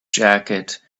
jacket